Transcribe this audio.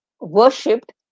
worshipped